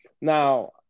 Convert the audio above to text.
Now